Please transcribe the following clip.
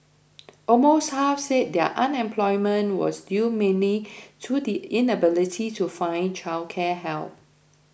almost half said their unemployment was due mainly to the inability to find childcare help